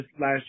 last